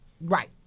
Right